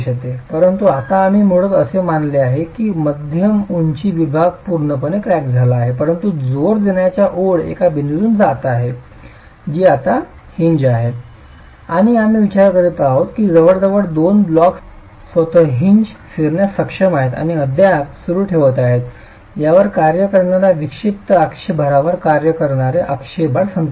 परंतु आता आम्ही मूळतः असे मानले आहे की मध्यम उंची विभाग पूर्णपणे क्रॅक झाला आहे परंतु जोर देण्याची ओळ एका बिंदूमधून जात आहे जी आता हिंज आहे आणि आम्ही विचार करीत आहोत की जवळजवळ दोन ब्लॉक्स हिंज स्वतः फिरण्यास सक्षम आहेत आणि अद्याप सुरू ठेवत आहेत त्यावर कार्य करणार्या विक्षिप्त अक्षीय भारांवर कार्य करणारे अक्षीय भार संतुलित करा